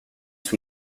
sous